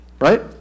right